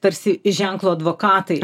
tarsi ženklo advokatai